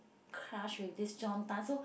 car she with this John-Tan so